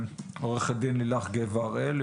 עו"ד לילך גבע הראל,